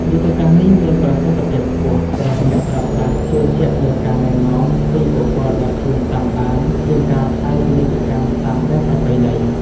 យុទ្ធសាស្ត្រនេះមានប្រសិទ្ធភាពខ្ពស់ ព្រោះអ្នកប្រើប្រាស់ជឿជាក់លើការណែនាំពីបុគ្គលដែលខ្លួនតាមដានជាងការផ្សាយពាណិជ្ជកម្មតាមបែបប្រពៃណី។